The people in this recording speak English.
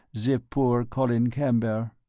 the poor colin camber.